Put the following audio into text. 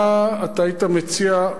מה אתה היית מציע,